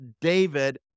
David